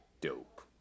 dope